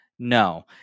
no